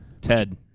Ted